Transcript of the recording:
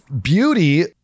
beauty